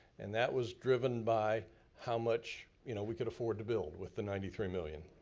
and that was driven by how much you know we could afford to build with the ninety three million.